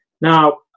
Now